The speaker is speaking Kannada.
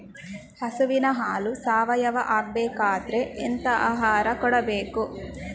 ಹಸುವಿನ ಹಾಲು ಸಾವಯಾವ ಆಗ್ಬೇಕಾದ್ರೆ ಎಂತ ಆಹಾರ ಕೊಡಬೇಕು?